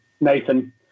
nathan